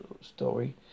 story